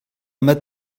mat